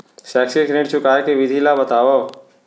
शैक्षिक ऋण चुकाए के विधि ला बतावव